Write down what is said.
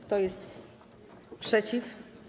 Kto jest przeciw?